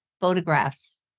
photographs